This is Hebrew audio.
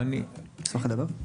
אני אשמח לדבר.